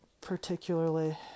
particularly